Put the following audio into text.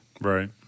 Right